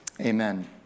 Amen